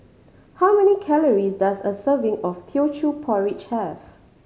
how many calories does a serving of Teochew Porridge have